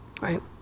right